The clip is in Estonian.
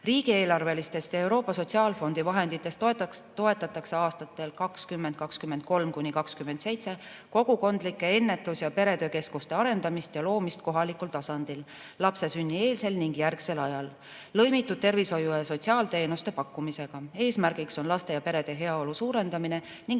Riigieelarvelistest ja Euroopa Sotsiaalfondi vahenditest toetatakse aastatel 2023–2027 kogukondlike ennetus‑ ja peretöökeskuste arendamist ja loomist kohalikul tasandil lapse sünni eelsel ning järgsel ajal lõimitud tervishoiu‑ ja sotsiaalteenuste pakkumisega. Eesmärk on laste ja perede heaolu suurendamine ning